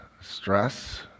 stress